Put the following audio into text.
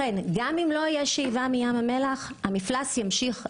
גם אם לא תהיה שאיבה מים המלח המפלס ימשיך לרדת,